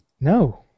No